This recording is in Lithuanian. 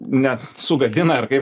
net sugadina ar kaip